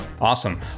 Awesome